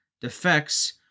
defects